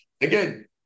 Again